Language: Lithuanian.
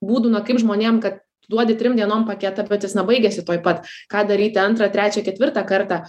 būdų na kaip žmonėm kad tu duodi trim dienom paketą bet jis na baigiasi tuoj pat ką daryti antrą trečią ketvirtą kartą